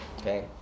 Okay